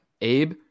Abe